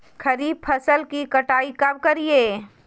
खरीफ फसल की कटाई कब करिये?